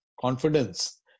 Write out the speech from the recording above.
confidence